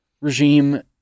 regime